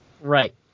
Right